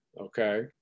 okay